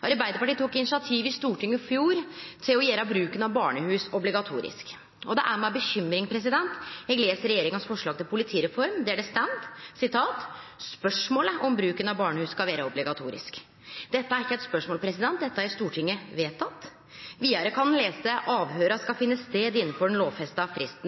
Arbeidarpartiet tok initiativ i Stortinget i fjor til å gjere bruken av barnehus obligatorisk, og det er med uro eg les regjeringa sitt forslag til politireform, der det står: «Spørsmål om bruk av barnehus skal være obligatorisk.» Dette er ikkje eit spørsmål – dette har Stortinget vedteke. Vidare kan ein lese: «Avhørene skal finne sted innenfor den lovfestede frist.»